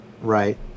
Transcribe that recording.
right